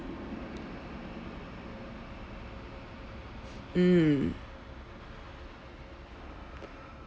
mm